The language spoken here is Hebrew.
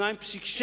אלא 2.6